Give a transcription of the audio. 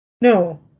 No